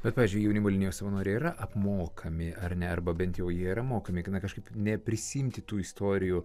bet pavyzdžiui jaunimo linijos savanoriai yra apmokami ar ne arba bent jau jie yra mokomi na kažkaip neprisiimti tų istorijų